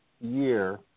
year